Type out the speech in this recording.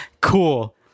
Cool